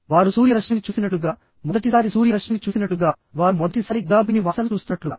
వారు సూర్యరశ్మిని చూసినట్లుగా మొదటిసారి సూర్యరశ్మిని చూసినట్లుగా వారు మొదటిసారి గులాబీని వాసన చూస్తున్నట్లుగా